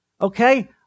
okay